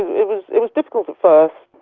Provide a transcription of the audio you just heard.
it was it was difficult at first.